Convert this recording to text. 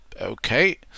Okay